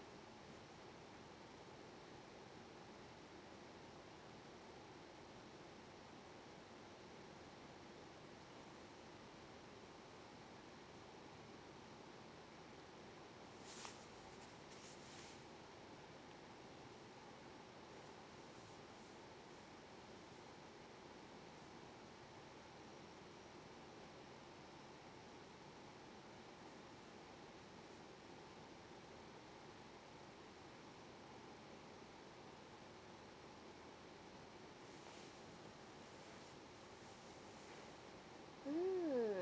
mm